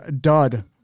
Dud